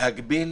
להגביל